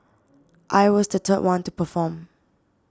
I was the third one to perform